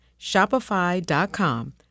Shopify.com